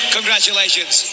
Congratulations